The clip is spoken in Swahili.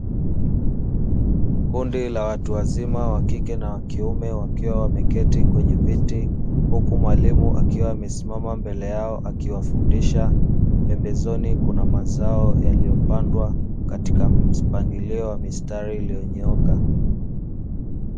Kundi la watu wazima wa kike na wa kiume wakiwa wameketi kwenye viti huku mwalimu akiwa amesimama mbele yao akiwafundisha pembezoni kuna mazao yaliyopandwa katika mpangilio wa mistari iliyonyooka.